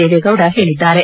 ದೇವೇಗೌಡ ಹೇಳಿದ್ದಾರೆ